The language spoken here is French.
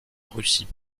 russie